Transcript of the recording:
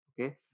okay